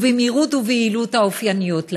ובמהירות וביעילות האופייניות לו.